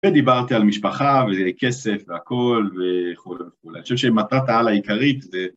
ודיברתי על משפחה וכסף והכול וכולי וכולי. אני חושב שמטרת העל העיקרית זה...